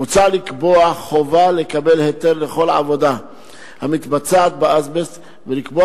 מוצע לקבוע חובה לקבל היתר לכל עבודה המתבצעת באזבסט ולקבוע